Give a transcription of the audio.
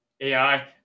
AI